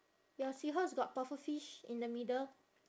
your seahorse got pufferfish in the middle